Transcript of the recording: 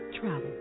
Travel